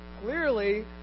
clearly